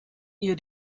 ihr